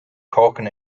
korken